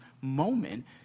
moment